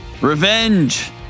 Revenge